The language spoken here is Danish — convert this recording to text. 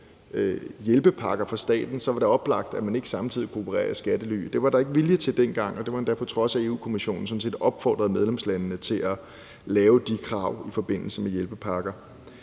hjælpepakker fra staten, så var det oplagt, at man ikke samtidig kunne operere i skattely. Det var der ikke vilje til dengang, og det var endda, på trods af at Europa-Kommissionen sådan set opfordrede medlemslandene til at stille de krav i forbindelse med hjælpepakker.